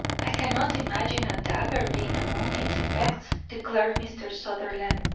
i cannot imagine a dagger being among its effects, declared mr. sutherland.